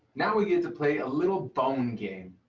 now we get to play a little bone game.